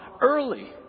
early